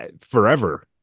forever